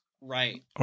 Right